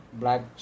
black